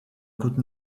côte